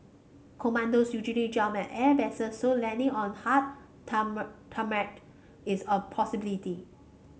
commandos usually jump at airbases so landing on the hard tarmac is a possibility